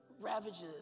ravages